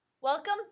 Welcome